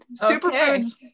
Superfoods